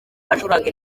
acuranga